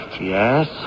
Yes